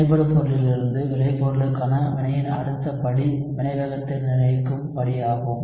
வினைபடுபொருளிலிருந்து விளைபொருளுக்கான வினையின் அடுத்த படி வினைவேகத்தை நிர்ணயிக்கும் படியாகும்